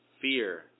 fear